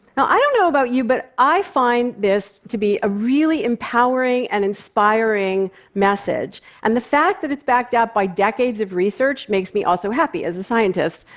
i don't know about you, but i find this to be a really empowering and inspiring message, and the fact that it's backed up by decades of research makes me also happy as a scientist.